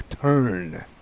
turn